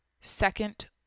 Second